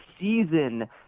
season